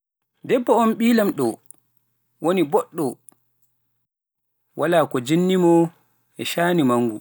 Debbo on ɓii laamɗo woni booɗɗo, walaa ko jinni-mo e caani manngu.